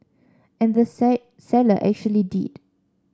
and the say seller actually did